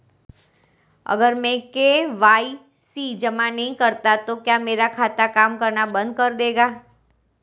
अगर मैं के.वाई.सी जमा नहीं करता तो क्या मेरा खाता काम करना बंद कर देगा?